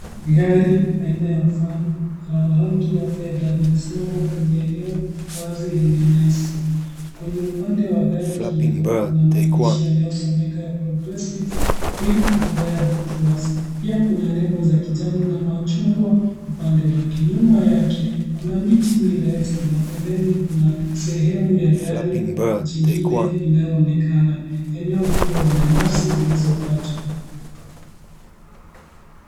Gari aina ya Van lenye rangi ya fedha limesimama kwenye eneo wazi lenye nyasi. Kwenye upande wa gari hili kuna maandishi yanayosomeka ya progressive, quick reliable tours . Pia kuna nembo za kijani na machungwa upande wake. Nyuma yake kuna miti mirefu na pembeni kuna sehemu ya gari jingine inayoonekana. Eneo hilo lina nyasi zilizokatwa.